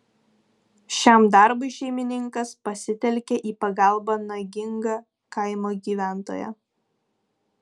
šiam darbui šeimininkas pasitelkė į pagalbą nagingą kaimo gyventoją